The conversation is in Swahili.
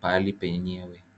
pahali penyewe.